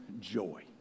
joy